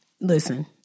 Listen